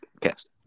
cast